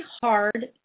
hard